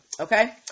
Okay